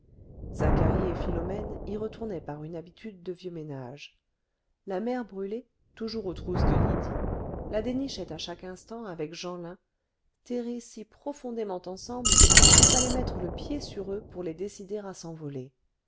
zacharie et philomène y retournaient par une habitude de vieux ménage la mère brûlé toujours aux trousses de lydie la dénichait à chaque instant avec jeanlin terrés si profondément ensemble qu'il fallait mettre le pied sur eux pour les décider à s'envoler